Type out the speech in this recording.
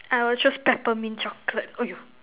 I will choose Peppermint chocolate um